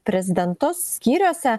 prezidentus skyriuose